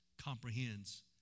comprehends